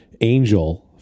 Angel